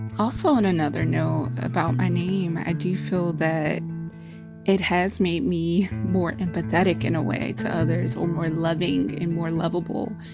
also on another note about my name, i do feel that it has made me more empathetic in a way to others, or more loving and more lovable.